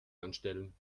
anstellen